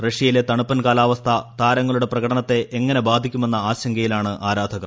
റഷ്യയിലെ തണുപ്പൻ കാലാവസ്ഥ താരങ്ങളുടെ പ്രകടനത്തെ എങ്ങനെ ബാധിക്കുമെന്ന ആശങ്കയിലാണ് ആരാധകർ